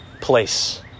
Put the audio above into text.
place